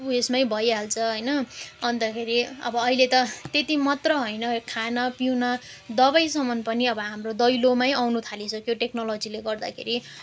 उयसमा भइहाल्छ होइन अन्तखेरि अब अहिले त त्यति मात्र होइन खानु पिउनु दबाईसम्म पनि अब हाम्रो दैलोमा आउनु थालिसक्यो टेक्नोलोजीले गर्दाखेरि